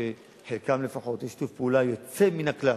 שעם חלקם לפחות יש שיתוף פעולה יוצא מן הכלל,